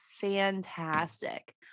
fantastic